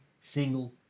single